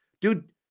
dude